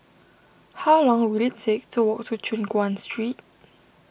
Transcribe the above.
how long will it take to walk to Choon Guan Street